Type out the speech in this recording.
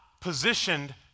positioned